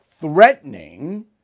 threatening